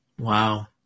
Wow